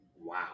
Wow